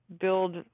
build